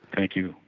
thank you,